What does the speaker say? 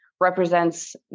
represents